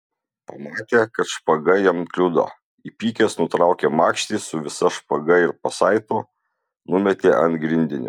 pamatė kad špaga jam kliudo įpykęs nutraukė makštį su visa špaga ir pasaitu numetė ant grindinio